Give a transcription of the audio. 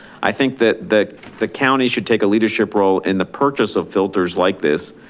i think that the the county should take a leadership role in the purchase of filters like this